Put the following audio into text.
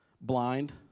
blind